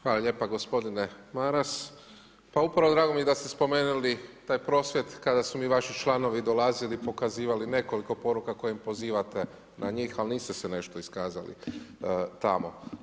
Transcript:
Hvala lijepo gospodine Maras, pa upravo drago mi je da ste spomenuli taj prosvjed, kada su mi vaši članovi dolazili i pokazivali nekoliko poruka kojih pozivate na njih, ali niste se nešto iskazali tamo.